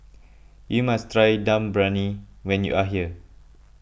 you must try Dum Briyani when you are here